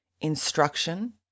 instruction